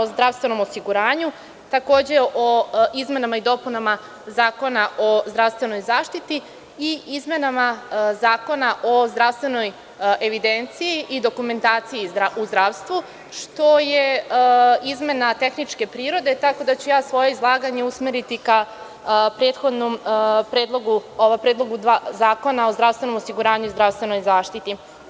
o zdravstvenom osiguranju, takođe o izmenama i dopunama Zakona o zdravstvenoj zaštiti i izmenama Zakona o zdravstvenoj evidenciji i dokumentaciji u zdravstvu, što je izmena tehničke prirode, tako da ću ja svoje izlaganje usmeriti ka prethodnim predlozima dva zakona, Zakona o zdravstvenom osiguranju i zdravstvenoj zaštiti.